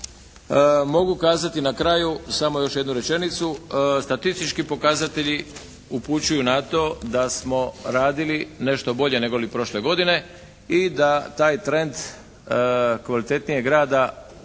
Mogu kazati na kraju samo još jednu rečenicu. Statistički pokazatelji upućuju na to da smo radili nešto bolje nego li prošle godine i da taj trend kvalitetnijeg rada